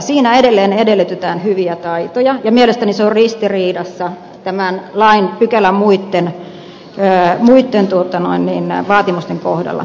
siinä edelleen edellytetään hyviä taitoja ja mielestäni se on ristiriidassa tämän lakipykälän muitten vaatimusten kanssa